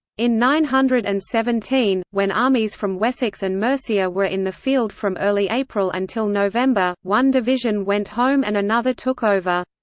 in nine hundred and seventeen, when armies from wessex and mercia were in the field from early april until november, one division went home and another took over.